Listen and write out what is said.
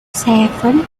seven